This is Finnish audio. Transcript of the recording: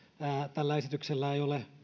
tällä esityksellä ei ole